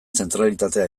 zentralitatea